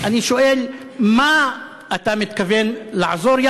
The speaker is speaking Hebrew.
אני שואל: איך אתה מתכוון לעזור,